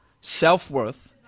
self-worth